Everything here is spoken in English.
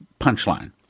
punchline